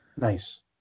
nice